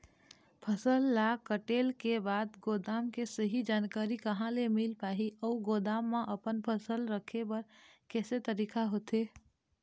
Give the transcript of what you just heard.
फसल ला कटेल के बाद गोदाम के सही जानकारी कहा ले मील पाही अउ गोदाम मा अपन फसल रखे बर कैसे तरीका होथे?